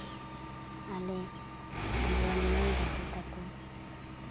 ᱟᱞᱮᱨᱮᱱ ᱢᱟᱹᱭᱼᱵᱟᱹᱵᱩ ᱛᱟᱠᱚ